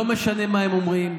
לא משנה מה הם אומרים,